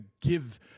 give